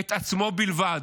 את עצמו בלבד.